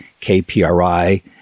KPRI